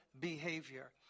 behavior